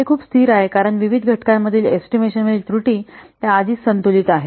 ते खूप स्थिर आहे कारण विविध घटकांमधील एस्टिमेशनातील त्रुटी त्या आधीच संतुलित आहेत